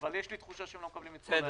אבל יש לי תחושה שהם לא מקבלים את כל הערות.